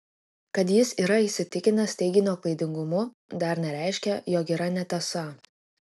kad jis yra įsitikinęs teiginio klaidingumu dar nereiškia jog yra netiesa